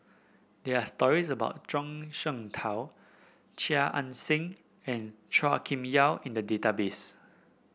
there are stories about Zhuang Shengtao Chia Ann Siang and Chua Kim Yeow in the database